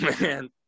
man